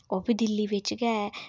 ओह् बी दिल्ली बिच्च गै ऐ